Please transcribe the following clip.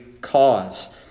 cause